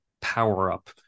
power-up